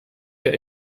der